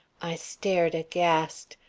i stared aghast.